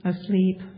asleep